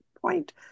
point